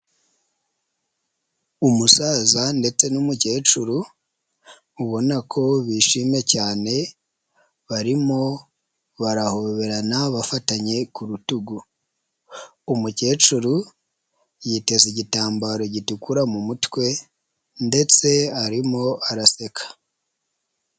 Umusaza ndetse n'umukecuru ubona ko bishimye cyane barimo barahoberana bafatanye ku rutugu, umukecuru yiteze igitambaro gitukura mu mutwe ndetse arimo araseka.